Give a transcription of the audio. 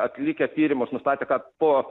atlikę tyrimus nustatė kad po